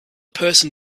person